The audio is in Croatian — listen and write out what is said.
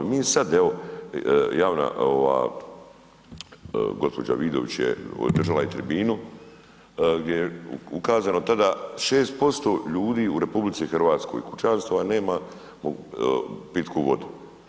Mi sad evo javna, gospođa Vidović je, održala je tribinu gdje je ukazano tada 6% ljudi u RH, kućanstva nema pitku vodu.